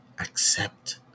accept